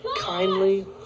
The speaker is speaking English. Kindly